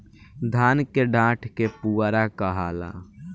धान के डाठ के पुआरा कहाला